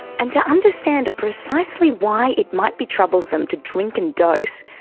and to understand precisely why it might be troublesome to drink and dose,